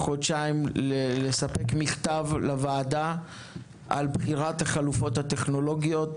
חודשיים מכתב על בחירת החלופות הטכנולוגיות,